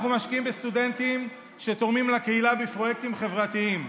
אנחנו משקיעים בסטודנטים שתורמים לקהילה בפרויקטים חברתיים,